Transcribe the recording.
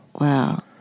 wow